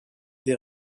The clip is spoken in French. des